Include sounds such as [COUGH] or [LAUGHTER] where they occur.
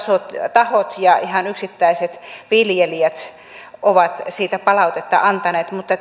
tahot ja ihan yksittäiset viljelijät ovat siitä palautetta antaneet mutta [UNINTELLIGIBLE]